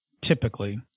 typically